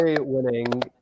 winning